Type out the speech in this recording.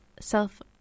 self